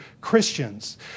Christians